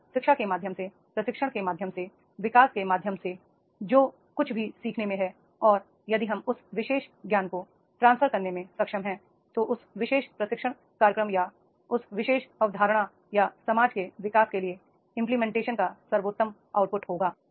यदि शिक्षा के माध्यम से प्रशिक्षण के माध्यम से विकास के माध्यम से जो कुछ भी सीखने में है और यदि हम उस विशेष ज्ञान को ट्रांसफर करने में सक्षम हैं जो उस विशेष प्रशिक्षण कार्यक्रम या उस विशेष अवधारणा या समाज के विकास के लिए इंप्लीमेंटेशन का सर्वोत्तम आउटपुट होगा